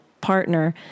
partner